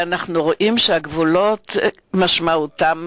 אנחנו רואים שהמשמעות של הגבולות פחתה,